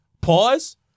Pause